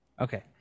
Okay